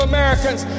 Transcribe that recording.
Americans